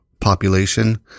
population